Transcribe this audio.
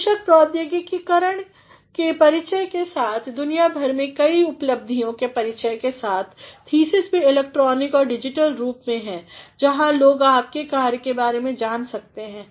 बेशक प्रौद्योगिकी के परिचय के साथ और दुनिया भर में कई उपलब्धियों के परिचय के साथ थीसिस भी इलेक्ट्रॉनिक और डिजिटल रूप में है जहाँ लोग आपके कार्य के बारे में जान सकते हैं